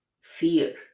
fear